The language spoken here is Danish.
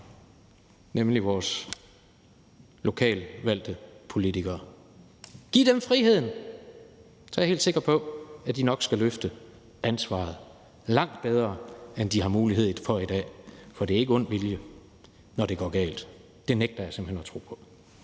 nemlig vores lokalt valgte politikere. Giv dem friheden – så er jeg helt sikker på, at de nok skal løfte ansvaret langt bedre, end de har mulighed for i dag. For det er ikke ond vilje, når det går galt. Det nægter jeg simpelt hen at tro på.